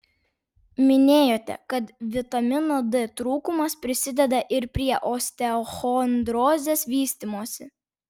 minėjote kad vitamino d trūkumas prisideda ir prie osteochondrozės vystymosi